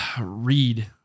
Read